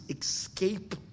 escape